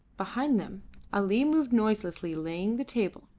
behind them ali moved noiselessly laying the table,